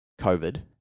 COVID